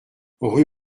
rue